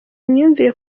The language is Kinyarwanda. imyumvire